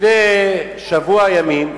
לפני שבוע ימים,